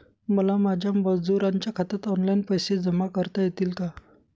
मला माझ्या मजुरांच्या खात्यात ऑनलाइन पैसे जमा करता येतील का?